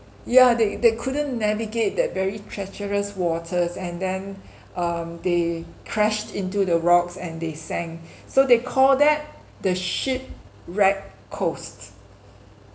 yeah they they couldn't navigate that very treacherous waters and then um they crashed into the rocks and they sank so they call that the shipwreck coast